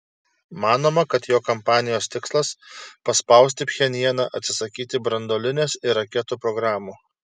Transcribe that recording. manoma kad jo kampanijos tikslas paspausti pchenjaną atsisakyti branduolinės ir raketų programų